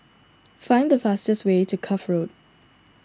find the fastest way to Cuff Road